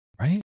right